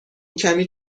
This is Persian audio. کمی